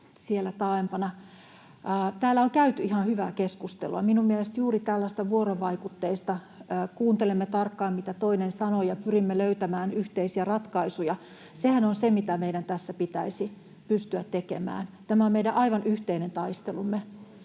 Täällä on käyty ihan hyvää keskustelua, minun mielestäni juuri tällaista vuorovaikutteista. Kuuntelemme tarkkaan, mitä toinen sanoo, ja pyrimme löytämään yhteisiä ratkaisuja. Sehän on se, mitä meidän tässä pitäisi pystyä tekemään. Tämä on meidän aivan yhteinen taistelumme.